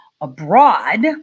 abroad